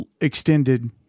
extended